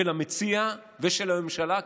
של המציע ושל הממשלה,